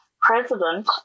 president